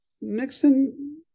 Nixon